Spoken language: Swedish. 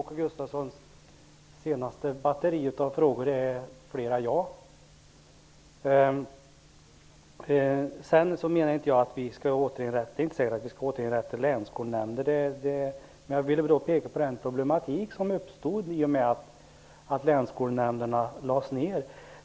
Herr talman! På flera av frågorna i Åke Gustavssons senaste frågebatteri kan jag svara ja. Jag menar inte att vi skall återinrätta länsskolnämnder. Jag ville bara peka på den problematik som uppstod när länsskolnämnderna lades ned.